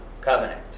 covenant